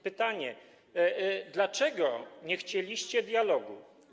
Pytanie: Dlaczego nie chcieliście dialogu?